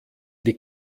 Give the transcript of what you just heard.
die